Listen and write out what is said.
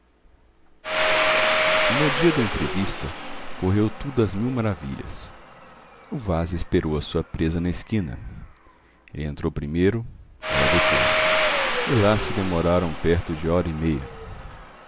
no dia da entrevista correu tudo às mil maravilhas o vaz esperou a sua presa na esquina ele entrou primeiro ela depois e lá se demoraram perto de hora e meia